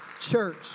church